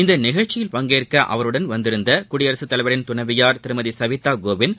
இந்நிகழ்ச்சியில் பங்கேற்க அவருடன் வந்திருந்த குடியரசு தலைவரின் துணைவியார் திருமதி சவிதா கோவிந்த்